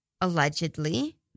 allegedly